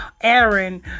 Aaron